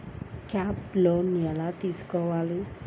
Crop loan ఎలా తీసుకోవాలి?